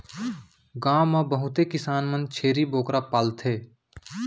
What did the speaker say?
गॉव म बहुते किसान मन छेरी बोकरा पालथें